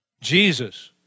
Jesus